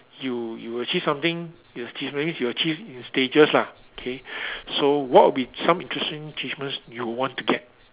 you you achieve something you achieve that means you achieve in stages lah okay so what would be some interesting achievements you will want to get